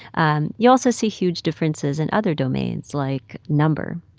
and you also see huge differences in other domains like number.